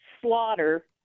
slaughter